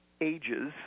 ages